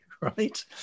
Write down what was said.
right